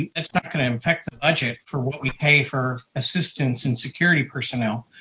and not going to affect the budget for what we pay for assistance in security personnel.